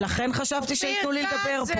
לכן חשבתי שייתנו לי לדבר.